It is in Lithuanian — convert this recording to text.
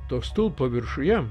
to stulpo viršuje